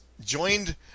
joined